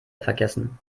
vergessen